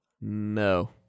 No